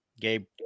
Gabe